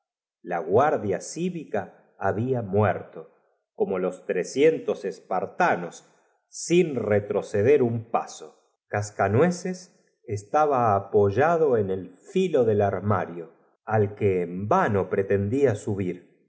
la guar dia civic a había muerto como los trescientos espartanos sin retrocedet un paso cascanueces estaba apoyado en el filo del ar mario al que en vano preteodia subir